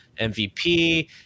MVP